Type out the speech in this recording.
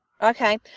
Okay